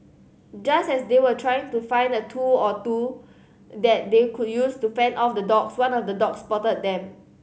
just as they were trying to find a tool or two that they could use to fend off the dogs one of the dogs spotted them